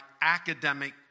academic